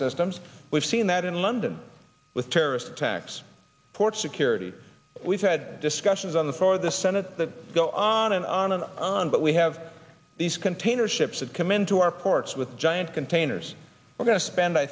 systems we've seen that in london with terrorist attacks port security we've had discussions on the for the senate to go on and on and on but we have these container ships that come into our ports with giant containers we're going to spend i